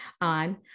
on